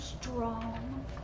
strong